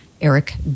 Eric